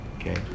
okay